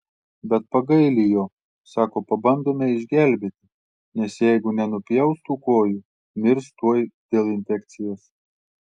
bet pagaili jo sako pabandome išgelbėti nes jeigu nenupjaus tų kojų mirs tuoj dėl infekcijos